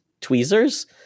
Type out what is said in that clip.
tweezers